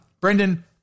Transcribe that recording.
Brendan